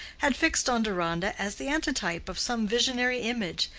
had fixed on deronda as the antitype of some visionary image,